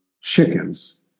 chickens